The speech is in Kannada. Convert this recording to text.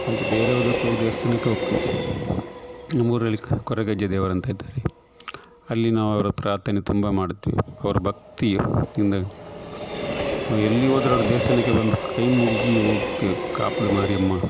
ಹಾಗೆ ಬೇರೆ ಯಾವ್ದಕ್ಕು ದೇವಸ್ಥಾನಕ್ಕೆ ಹೋಗ್ತೇವೆ ನಮ್ಮ ಊರಲ್ಲಿ ಕೊರಗಜ್ಜ ದೇವರು ಅಂತ ಇದ್ದಾರೆ ಅಲ್ಲಿ ನಾವು ಅವರ ಪ್ರಾರ್ಥನೆ ತುಂಬಾ ಮಾಡುತ್ತೇವೆ ಅವ್ರ ಭಕ್ತಿಯು ಇಂದ ನಾವು ಎಲ್ಲಿ ಹೋದ್ರು ಅವ್ರ ದೇವಸ್ಥಾನಕ್ಕೆ ಬಂದು ಕೈ ಮುಗಿ ಹೋ ಗ್ತೇವೆ ಕಾಪುದು ಮಾರಿಯಮ್ಮ